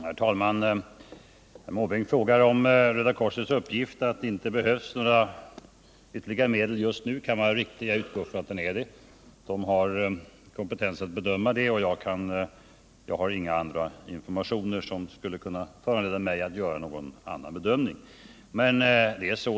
Herr talman! Bertil Måbrink frågar om Röda korsets uppgift att det just nu inte behövs ytterligare medel kan vara riktig. Jag utgår från att den är det. Röda korset har kompetens att bedöma den frågan, och jag har inga andra informationer som skulle kunna föranleda mig att göra en annan bedömning.